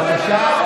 בבקשה.